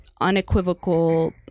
unequivocal